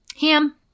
Ham